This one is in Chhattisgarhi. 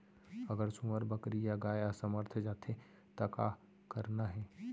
अगर सुअर, बकरी या गाय असमर्थ जाथे ता का करना हे?